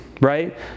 right